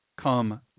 come